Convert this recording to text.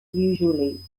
usually